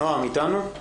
נעם אתנו?